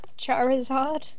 Charizard